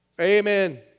Amen